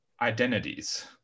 identities